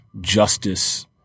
Justice